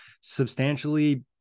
substantially